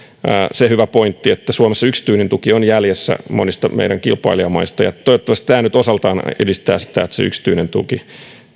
se hyvä pointti että suomessa yksityinen tuki on jäljessä monista meidän kilpailijamaistamme toivottavasti tämä nyt osaltaan edistää sitä että se yksityinen tuki